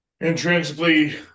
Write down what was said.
intrinsically